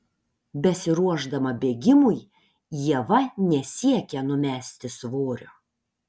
besiruošdama bėgimui ieva nesiekia numesti svorio